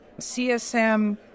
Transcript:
CSM